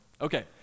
Okay